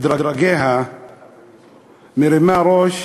בדרגיה מרימות ראש